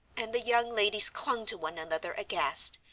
and the young ladies clung to one another aghast,